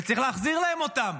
וצריך להחזיר להם אותו.